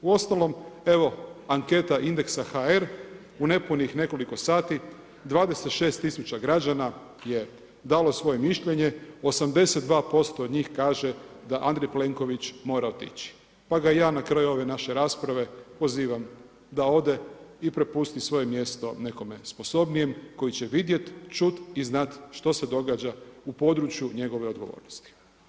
Uostalom, evo anketa Indexa.hr u nepunih nekoliko sati, 26 000 građana je dalo svoje mišljenje, 82% njih kaže da Andrej Plenković mora otići, pa ga ja na kraju ove naše rasprave pozivam da ode i prepusti svoje mjesto nekome sposobnijem koji će vidjet, čut i znat što se događa u području njegove odgovornosti.